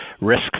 risk